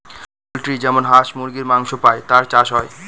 poultry যেমন হাঁস মুরগীর মাংস পাই তার চাষ হয়